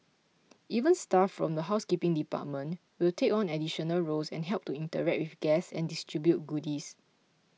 even staff from the housekeeping department will take on additional roles and help to interact with guests and distribute goodies